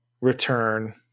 return